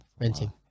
renting